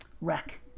Wreck